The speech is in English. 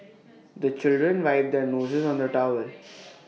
the children wipe their noses on the towel